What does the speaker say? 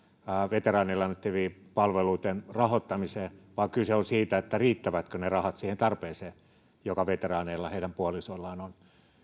veteraaneille annettavien palveluiden rahoittamiseen vaan kyse on siitä riittävätkö ne rahat siihen tarpeeseen joka veteraaneilla ja heidän puolisoillaan on